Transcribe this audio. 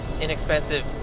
inexpensive